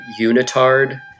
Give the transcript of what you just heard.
Unitard